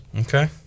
Okay